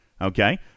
Okay